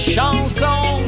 Chanson